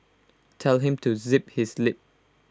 tell him to zip his lip